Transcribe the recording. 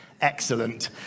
Excellent